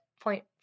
point